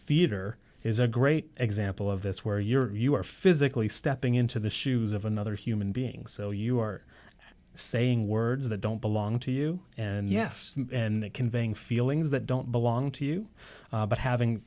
theatre is a great example of this where you are physically stepping into the shoes of another human being so you are saying words that don't belong to you and yes and conveying feelings that don't belong to you but having